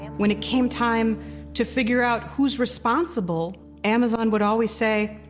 and when it came time to figure out who's responsible, amazon would always say,